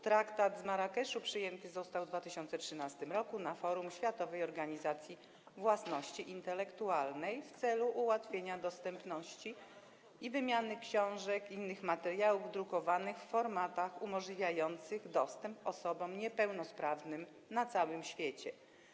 Traktat z Marrakeszu przyjęty został w 2013 r. na forum Światowej Organizacji Własności Intelektualnej w celu ułatwienia dostępności i wymiany książek, innych materiałów drukowanych w formatach umożliwiających dostęp osobom niepełnosprawnym na całym świecie.